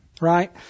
Right